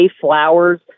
Flowers